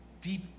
Deep